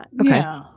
Okay